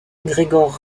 gregor